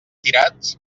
tirats